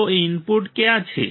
તો ઇનપુટ ક્યાં છે